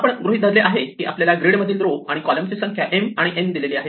आपण गृहीत धरले आहे की आपल्याला या ग्रीड मधील रो आणि कॉलम ची संख्या m आणि n दिलेली आहे